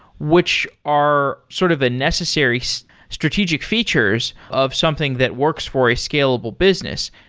which are sort of a necessary so strategic features of something that works for a scalable business.